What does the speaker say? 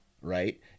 right